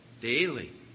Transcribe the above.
Daily